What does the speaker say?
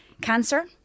cancer